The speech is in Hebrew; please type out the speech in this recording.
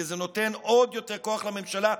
כי זה נותן עוד יותר כוח לממשלה,